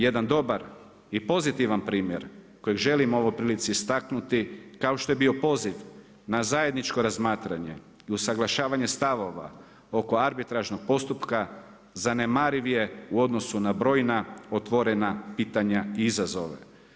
Jedan dobar i pozitivan primjer kojeg želim u ovoj prilici istaknuti kao što je bio poziv na zajedničko razmatranje i usuglašavanje stavova oko arbitražnog postupka zanemariv je u odnosu na brojna otvorena pitanja i izazove.